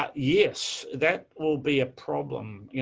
but yes, that will be a problem. you